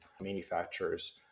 manufacturers